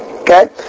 Okay